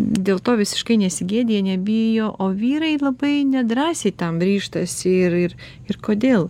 dėl to visiškai nesigėdija nebijo o vyrai labai nedrąsiai tam ryžtasi ir ir ir kodėl